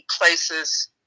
places